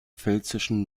pfälzischen